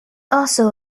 also